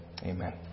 Amen